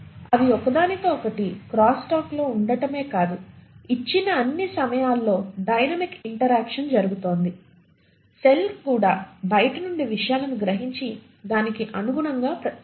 అవి ఒకదానితో ఒకటి క్రాస్స్టాక్లో ఉండటమే కాదు ఇచ్చిన అన్ని సమయాల్లో డైనమిక్ ఇంటరాక్షన్ జరుగుతోంది సెల్ కూడా బయటి నుండి విషయాలను గ్రహించి దానికి అనుగుణంగా స్పందిస్తుంది